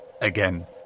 again